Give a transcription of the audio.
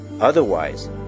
Otherwise